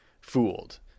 fooled